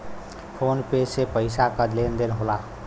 phone पे से पइसा क लेन देन होला